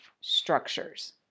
structures